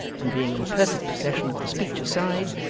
and being in perfect possession of the speech aside,